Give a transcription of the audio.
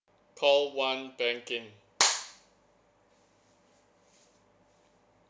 call one banking